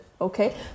okay